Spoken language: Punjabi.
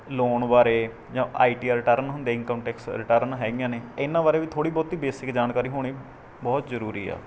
ਲੋਨ ਬਾਰੇ ਜਾਂ ਆਈ ਟੀ ਰਿਟਰਨ ਹੁੰਦੀ ਇਨਕਮ ਟੈਕਸ ਰਿਟਰਨ ਹੈਗੀਆਂ ਨੇ ਇਨ੍ਹਾਂ ਬਾਰੇ ਵੀ ਥੋੜ੍ਹੀ ਬਹੁਤੀ ਬੇਸਕ ਜਾਣਕਾਰੀ ਹੋਣੀ ਬਹੁਤ ਜ਼ਰੂਰੀ ਆ